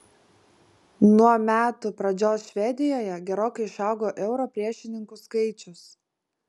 nuo metų pradžios švedijoje gerokai išaugo euro priešininkų skaičius